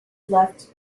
left